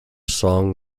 song